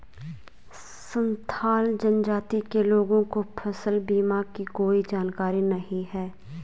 संथाल जनजाति के लोगों को फसल बीमा की कोई जानकारी नहीं है